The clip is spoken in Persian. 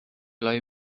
لای